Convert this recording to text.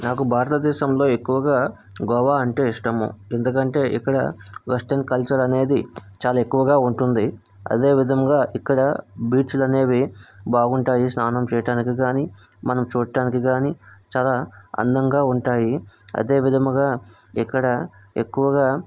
నాకు భారతదేశంలో ఎక్కువగా గోవా అంటే ఇష్టము ఎందుకంటే ఇక్కడ వెస్ట్రన్ కల్చర్ అనేది చాలా ఎక్కువగా ఉంటుంది అదేవిధముగా ఇక్కడ బీచ్లు అనేవి బాగుంటాయి స్నానం చేయడానికి కానీ మనం చూడటానికి కానీ చాలా అందంగా ఉంటాయి అదే విధముగా ఇక్కడ ఎక్కువగా